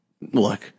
look